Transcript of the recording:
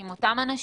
עם אותם אנשים.